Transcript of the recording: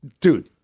dude